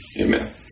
Amen